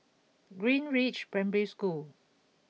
Greenridge Primary School